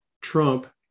Trump